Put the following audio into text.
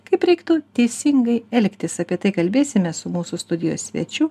kaip reiktų teisingai elgtis apie tai kalbėsimės su mūsų studijos svečiu